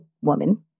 woman